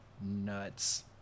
nuts